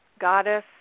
goddess